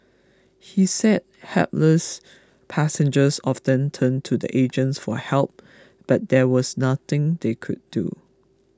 he said hapless passengers often turned to the agents for help but there was nothing they could do